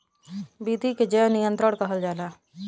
विधि के जैव नियंत्रण कहल जाला